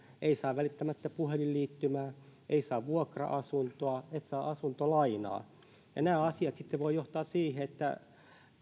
ei saa välttämättä puhelinliittymää ei saa vuokra asuntoa ei saa asuntolainaa nämä asiat voivat sitten johtaa siihen että